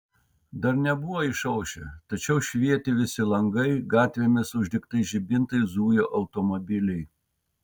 dar nebuvo išaušę tačiau švietė visi langai gatvėmis uždegtais žibintais zujo automobiliai